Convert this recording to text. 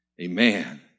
Amen